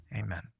amen